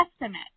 estimate